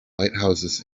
lighthouses